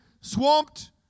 swamped